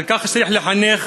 על כך צריך לחנך,